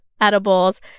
edibles